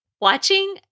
watching